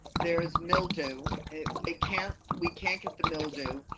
there is mildew. it it can't, we can't get the mildew,